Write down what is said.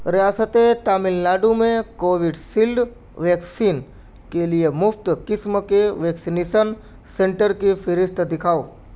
ریاستِ تامل ناڈو میں Covishield vaccine کے لیے مفت قسم کے ویکسینیسن سنٹر کی فہرست دکھاؤ